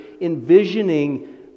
envisioning